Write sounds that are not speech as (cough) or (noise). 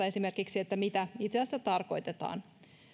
(unintelligible) esimerkiksi katastrofista mitä itse asiassa tarkoitetaan